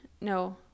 no